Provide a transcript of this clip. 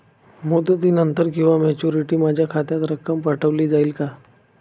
मुदतीनंतर किंवा मॅच्युरिटी माझ्या खात्यात रक्कम पाठवली जाईल का?